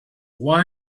why